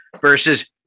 versus